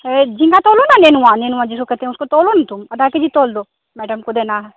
है झींगा तौलो न नेनुआ नेनुआ जिसको कहते है उसको तौलो न तुम आधा केजी तौल दो मैडम को देना है